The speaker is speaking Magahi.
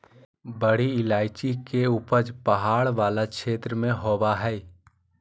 बड़ी इलायची के उपज पहाड़ वाला क्षेत्र में होबा हइ